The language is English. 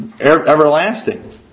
everlasting